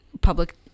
public